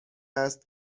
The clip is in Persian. است